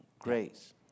Grace